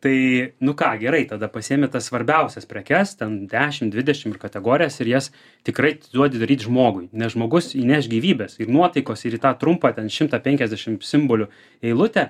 tai nu ką gerai tada pasiimi tas svarbiausias prekes ten dešim dvidešim ir kategorijas ir jas tikrai atiduodi daryt žmogui nes žmogus įneš gyvybės ir nuotaikos ir į tą trumpą ten šimtą penkiasdešim simbolių eilutę